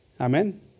Amen